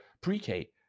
pre-K